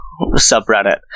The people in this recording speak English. subreddit